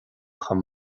chomh